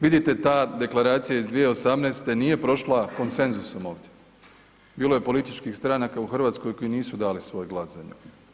Vidite ta deklaracija iz 2018. nije prošla konsenzusom ovdje, bilo je političkih stranaka u Hrvatskoj koje nisu dale svoj glas za nju.